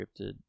scripted